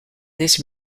this